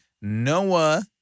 Noah